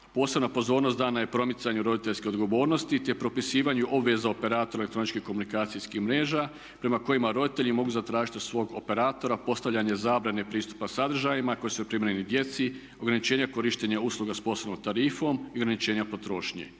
Posebna pozornost je dana promicanju roditeljske odgovornosti, te propisivanju obveza operatora elektroničkih komunikacijskih mreža prema kojima roditelji mogu zatražiti od svog operatora postavljanje zabrane pristupa sadržajima koji su neprimjereni djeci, ograničenja korištenja usluga s posebnom tarifom i ograničenja potrošnje.